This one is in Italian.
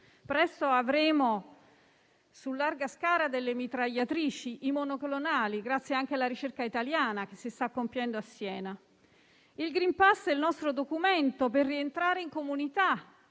presto avremo su larga scala delle mitragliatrici, gli anticorpi monoclonali, grazie anche alla ricerca italiana che si sta compiendo a Siena. Il *green pass* è il nostro documento per rientrare in comunità: